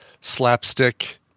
slapstick